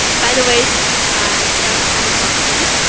by the way, this is my first time in boston.